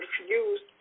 refused